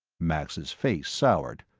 max's face soured.